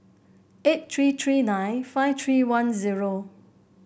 eight three three nine five three one